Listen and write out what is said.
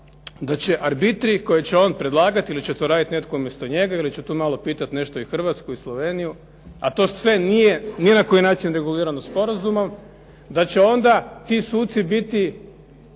da će arbitri koje će on predlagati ili će to raditi netko umjesto njega ili će tu malo pitati nešto i Hrvatsku i Sloveniju, a to sve nije ni na koji način regulirano sporazumom, da će onda ti suci biti